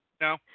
No